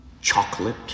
chocolate